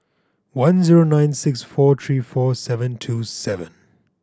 one zero nine six four three four seven two seven